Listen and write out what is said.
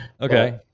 Okay